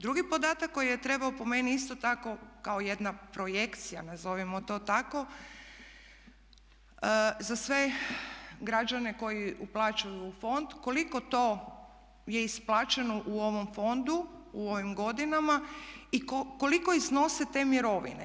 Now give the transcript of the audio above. Drugi podatak koji je trebao po meni isto tako kao jedna projekcija nazovimo to tako za sve građane koji uplaćuju u fond koliko to je isplaćeno u ovom fondu, u ovim godinama i koliko iznose te mirovine?